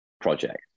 project